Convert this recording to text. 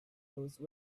those